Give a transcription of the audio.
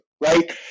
Right